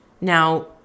Now